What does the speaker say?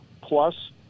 plus